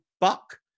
buck